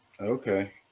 Okay